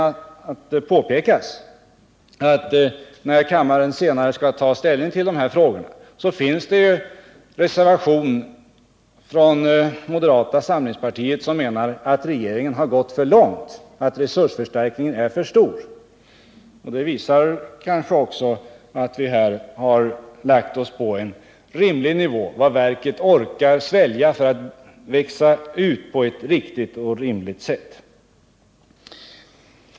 Det kan förtjäna påpekas att när kammaren senare skall ta ställning till dessa frågor finns det en reservation från moderata samlingspartiet, som anser att regeringen har gått för långt och att resursförstärkningen är för stor. Det visar kanske att vi har lagt oss på en rimlig nivå. Det är vad verket orkar svälja för att växa ut på ett effektivt sätt.